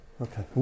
Okay